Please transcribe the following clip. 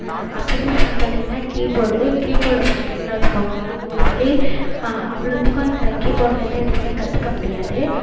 அப்போ உள்ள ஃபோன் உள்ள பார்த்தீங்ன்னா கீபோர்டு கீபோர்டு பார்த்தீங்கன்னா வெச்சுக்கோங்களேன் மோஸ்ட்லி அவ்வளோத்துக்கும் அந்த கீபோர்ட்லேருந்து எதுவும் கற்றுக்க முடியாது